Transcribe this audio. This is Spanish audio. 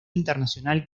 internacional